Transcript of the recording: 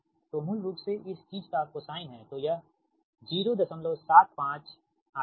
तो मूल रूप से इस चीज़ का कोसाइन है तो यह 075 आता है